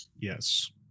Yes